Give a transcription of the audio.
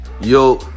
Yo